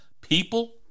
People